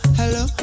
hello